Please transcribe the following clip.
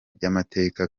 by’amateka